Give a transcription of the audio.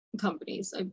companies